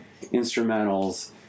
instrumentals